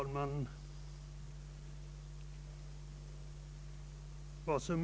Herr talman!